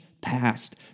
past